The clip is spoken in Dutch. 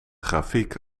grafiek